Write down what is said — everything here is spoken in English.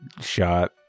shot